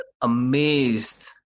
amazed